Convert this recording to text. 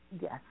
Yes